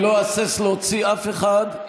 אני לא אהסס להוציא אף אחד.